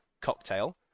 cocktail